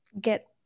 get